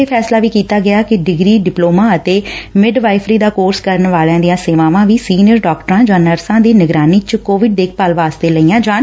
ਇਹ ਫੈਸਲਾ ਵੀ ਕੀਤਾ ਗਿਆ ਕਿ ਡਿਗਰੀ ਡਿਪਲੋਮਾ ਅਤੇ ਮਿਡ ਵਾਇਫਰੀ ਦਾ ਕੋਰਸ ਕਰਨ ਵਾਲਿਆਂ ਦੀਆਂ ਸੇਵਾਵਾਂ ਵੀ ਸੀਨੀਅਰ ਡਾਕਟਰਾਂ ਜਾਂ ਨਰਸਾਂ ਦੀ ਨਿਗਰਾਨੀ ਚ ਕੋਵਿਡ ਦੇਖਭਾਲ ਵਾਸਤੇ ਲਈਆਂ ਜਾਣ